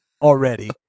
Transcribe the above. already